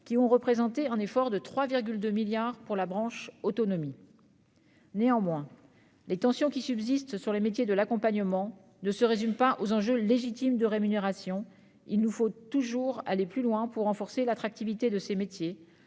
qui ont représenté un effort de 3,2 milliards d'euros pour la branche autonomie. Néanmoins, les tensions qui subsistent sur les métiers de l'accompagnement ne se résument pas aux enjeux, légitimes, de rémunération. Il nous faut aller toujours plus loin pour renforcer l'attractivité de ces métiers,